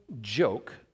joke